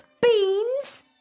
beans